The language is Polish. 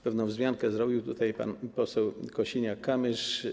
Pewną wzmiankę zrobił tutaj pan poseł Kosiniak-Kamysz.